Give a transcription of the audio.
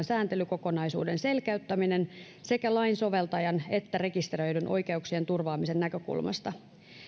sääntelykokonaisuuden selkeyttäminen sekä lainsoveltajan että rekisteröidyn oikeuksien turvaamisen näkökulmasta